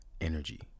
Energy